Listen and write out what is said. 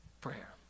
Prayer